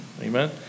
amen